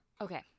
Okay